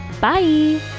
Bye